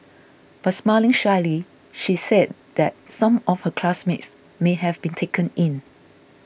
but smiling shyly she said that some of her classmates may have been taken in